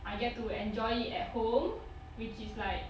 I get to enjoy it at home which is like